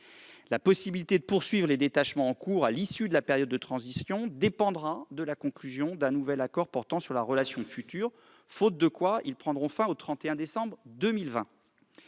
La possibilité de poursuivre les détachements en cours à l'issue de la période de transition dépendra de la conclusion d'un nouvel accord portant sur la relation future, faute de quoi ils prendront fin au 31 décembre 2020.